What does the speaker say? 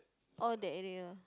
oh that area